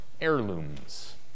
heirlooms